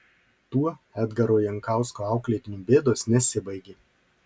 tuo edgaro jankausko auklėtinių bėdos nesibaigė